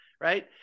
Right